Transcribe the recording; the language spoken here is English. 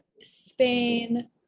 Spain